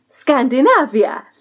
Scandinavia